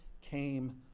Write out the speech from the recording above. came